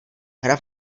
hra